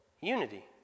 unity